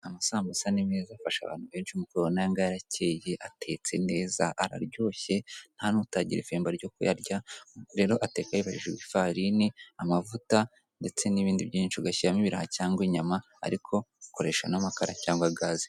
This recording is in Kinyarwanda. Asambusa ni meza afasha abantu benshi n'ayangaya arakeye atetse neza raryoshye ntanutagira ifemba ryo kuyarya rero akoresheje ifarini, amavuta, ndetse n'ibindi byinshi ugashyiramo ibiraha cyangwa inyama ariko ukoresha n'amakara cyangwa gaze.